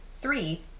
three